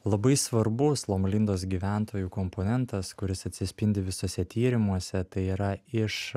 labai svarbus loma lindos gyventojų komponentas kuris atsispindi visuose tyrimuose tai yra iš